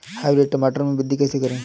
Hybrid टमाटर में वृद्धि कैसे करें?